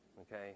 Okay